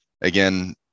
again